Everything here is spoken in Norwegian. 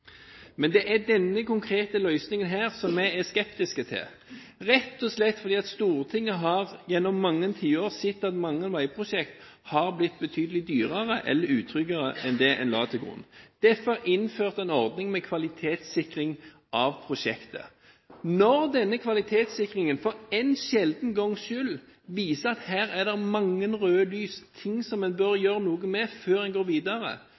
men at en avsporer debatten på denne måten, er meningsløst. Vi ønsker ferjefri tilkobling. Det vil øke boligmarkedet, og det vil øke jobbmarkedet. Det er positivt for Nord-Jæren av så mange ulike grunner. Det er denne konkrete løsningen her vi er skeptisk til, rett og slett fordi Stortinget gjennom mange tiår har sett at mange veiprosjekter har blitt betydelig dyrere eller mer utrygge enn det en la til grunn. Derfor innførte en en ordning med kvalitetssikring av prosjekter. Når denne kvalitetssikringen